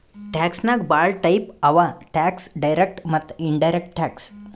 tax ನಾಗ್ ಭಾಳ type ಅವಾ ಟ್ಯಾಕ್ಸ್ ಡೈರೆಕ್ಟ್ ಮತ್ತ ಇನಡೈರೆಕ್ಟ್ ಟ್ಯಾಕ್ಸ್